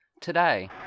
today